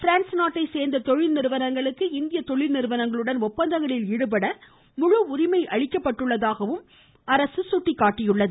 France நாட்டைச் சேர்ந்த தொழில் நிறுவனங்களுக்கு இந்திய தொழில் நிறுவனங்களுடன் ஒப்பந்தங்களில் ஈடுபட முழு உரிமை உள்ளதாகவும் சுட்டிக்காட்டியுள்ளது